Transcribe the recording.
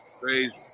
Crazy